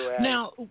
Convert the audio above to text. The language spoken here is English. Now